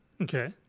Okay